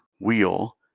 wheel